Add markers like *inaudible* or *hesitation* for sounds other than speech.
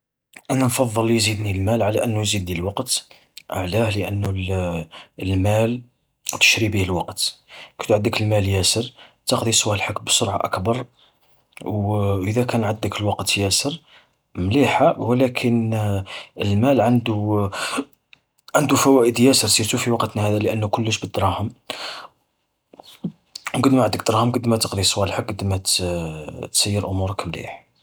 انا نفضل يزيدني المال على انو يزيدني الوقت. علاه؟ لانو *hesitation* المال تشري به الوقت، كي تعود عدك المال ياسر، تقضي صوالك بسرعة اكبر. *hesitation* واذا كان عندك الوقت ياسر، مليحة ولكن *hesitation* المال عندو *noise* عندو فوائد ياسر، سيرتو في وقتنا هذا، لأنو كلش بالدراهم. قد ما عدك دراهم قد ما تقضي صوالحك، قد ما ت-تسير أمورك مليح.